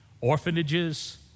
orphanages